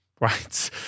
right